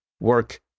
work